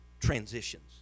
transitions